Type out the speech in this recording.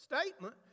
statement